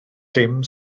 dim